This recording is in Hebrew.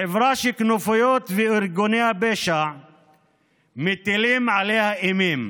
חברה שכנופיות וארגוני הפשע מטילים עליה אימים.